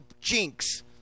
jinx